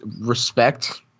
respect